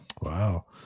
Wow